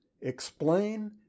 explain